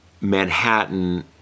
Manhattan